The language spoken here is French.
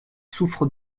souffre